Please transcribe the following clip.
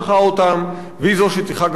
והיא זו שצריכה גם לפנות אותם ולתת